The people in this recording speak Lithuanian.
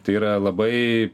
tai yra labai